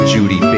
Judy